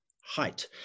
height